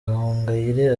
gahongayire